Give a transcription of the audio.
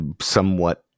somewhat